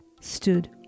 stood